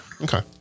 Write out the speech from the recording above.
Okay